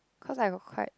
cause I got quite